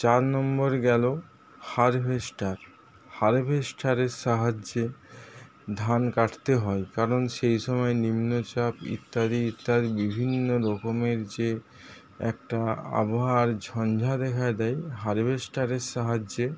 চার নম্বর গেলো হারভেস্টার হারভেস্টারের সাহায্যে ধান কাটতে হয় কারণ সেই সময় নিম্নচাপ ইত্যাদি ইত্যাদি বিভিন্ন রকমের যে একটা আবহাওয়ার ঝঞ্ঝা দেখা দেয় হারভেস্টারের সাহায্যে